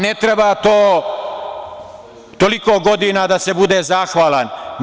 Ne treba toliko godina da se bude zahvalan.